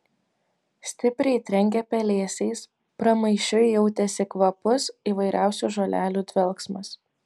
stipriai trenkė pelėsiais pramaišiui jautėsi kvapus įvairiausių žolelių dvelksmas